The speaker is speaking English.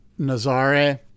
Nazare